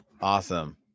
awesome